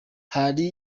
hari